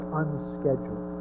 unscheduled